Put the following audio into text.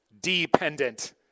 dependent